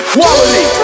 Quality